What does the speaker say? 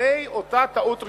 אחרי אותה טעות ראשונית.